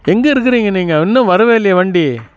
எங்கே இருக்கிறிங்க நீங்கள் இன்னும் வரவே இல்லையே வண்டி